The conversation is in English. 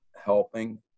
helping